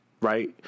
right